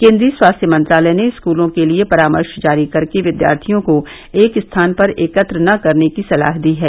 केन्द्रीय स्वास्थ्य मंत्रालय ने स्कूलों के लिए परामर्श जारी करके विद्यार्थियों को एक स्थान पर एकत्र न करने की सलाह दी है